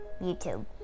YouTube